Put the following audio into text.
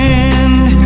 end